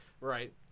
right